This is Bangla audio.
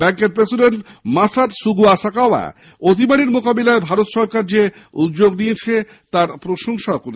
ব্যাঙ্কের প্রেসিডেন্ট মাসাত সুগুয়াসাকাওয়া অতিমারী মোকাবিলায় ভারত সরকার যে উদ্যোগ নিয়েছে তার প্রশংসা করেন